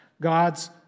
God's